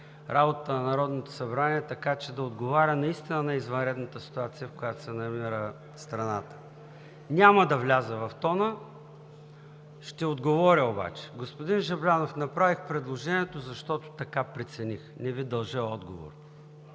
работата на Народното събрание, така че да отговаря наистина на извънредната ситуация, в която се намира страната? Няма да вляза в тона, ще отговоря обаче. Господин Жаблянов, направих предложението, защото така прецених – не Ви дължа отговор.